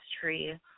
tree